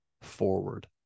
forward